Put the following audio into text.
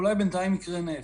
אולי בינתיים יקרה נס.